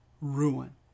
ruin